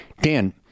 Dan